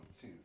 two